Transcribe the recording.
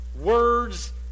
words